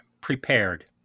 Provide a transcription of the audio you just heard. Prepared